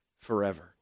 forever